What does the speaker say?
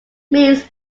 means